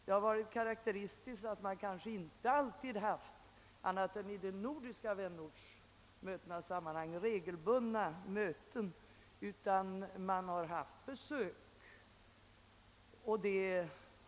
Det är karakteristiskt att man inte alltid — annat än mellan de nordiska vänorterna — har haft regelbundna möten utan man har gjort besök hos varandra.